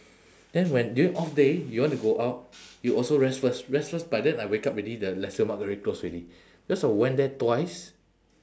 then when during off day you want to go out you also rest first rest first by then I wake up already the nasi lemak already close already cause I went there twice